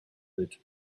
that